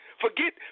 Forget